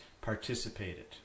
participated